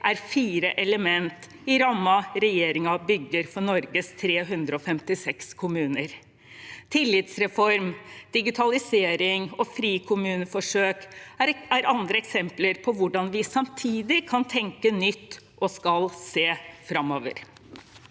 er fire elementer i rammen regjeringen bygger for Norges 356 kommuner. Tillitsreform, digitalisering og frikommuneforsøk er andre eksempler på hvordan vi samtidig kan tenke nytt og skal se framover.